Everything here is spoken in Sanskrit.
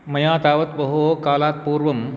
मया तावत् बहुकालात् पूर्वं